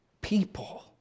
people